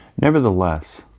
Nevertheless